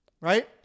right